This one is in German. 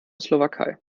slowakei